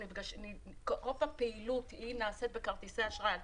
אל תשכחו שרוב הפעילות נעשית בכרטיסי אשראי.